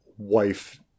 wife